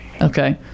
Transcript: Okay